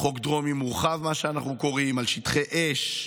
חוק דרומי מורחב, מה שאנחנו קוראים, על שטחי אש,